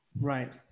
Right